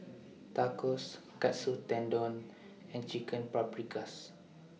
Tacos Katsu Tendon and Chicken Paprikas